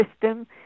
system